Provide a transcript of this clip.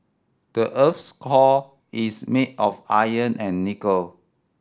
the earth's core is made of iron and nickel